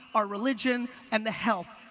our religion, and the health,